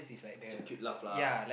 it's a cute laugh lah